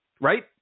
right